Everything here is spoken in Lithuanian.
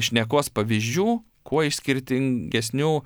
šnekos pavyzdžių kuo iš skirtingesnių